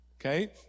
okay